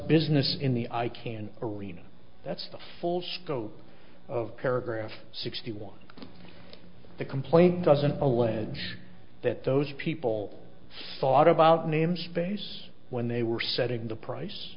business in the icann arena that's the full scope of paragraph sixty one of the complaint doesn't allege that those people thought about namespace when they were setting the price